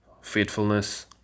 faithfulness